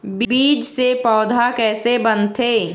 बीज से पौधा कैसे बनथे?